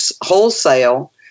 wholesale